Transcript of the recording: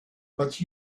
but